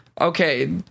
okay